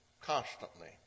constantly